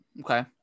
okay